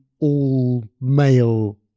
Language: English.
all-male